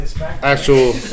Actual